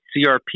CRP